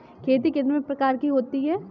खेती कितने प्रकार की होती है?